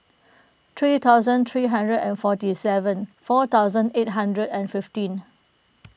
three thousand three hundred and forty seven four thousand eight hundred and fifteen